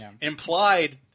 Implied